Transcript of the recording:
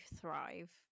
thrive